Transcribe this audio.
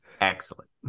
Excellent